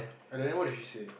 and then what did she say